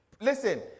Listen